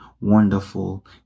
wonderful